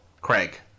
Craig